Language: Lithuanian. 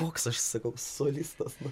koks aš sakau solistas nu